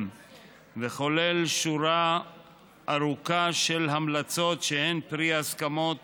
וכולל שורה ארוכה של המלצות שהן פרי ההסכמות